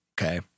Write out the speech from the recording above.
Okay